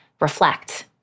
reflect